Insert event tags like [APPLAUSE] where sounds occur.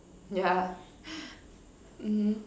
yeah [BREATH] mmhmm